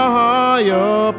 higher